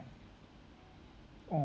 mm